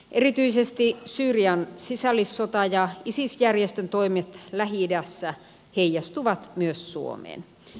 erityisesti syyrian sisällissota ja isis järjestön toimet lähi idässä heijastuvat myös suomeen